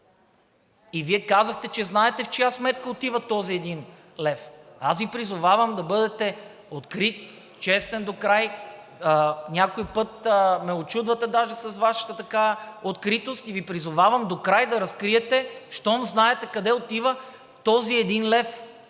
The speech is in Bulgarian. и Вие казахте, че знаете в чия сметка отива този един лев. Аз Ви призовавам да бъдете открит, честен докрай – някой път ме учудвате даже с Вашата откритост, и Ви призовавам докрай да разкриете, щом знаете, къде отива този един лев,